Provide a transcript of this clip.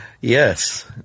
Yes